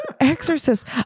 exorcist